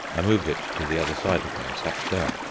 i moved it to the other side of me and sat down.